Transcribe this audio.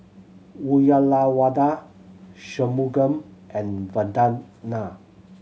Uyyalawada Shunmugam and Vandana